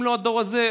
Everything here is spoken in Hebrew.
אם לא הדור הזה,